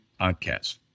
Podcast